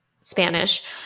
Spanish